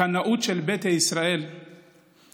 הקנאות של ביתא ישראל לדתם,